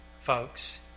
Folks